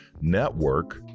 network